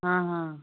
हाँ हाँ